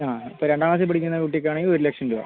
ആ ഇപ്പോൾ രണ്ടാം ക്ലാസ്സിൽ പഠിക്കുന്ന കുട്ടിക്കാണെങ്കിൽ ഒരു ലക്ഷം രൂപ